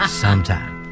sometime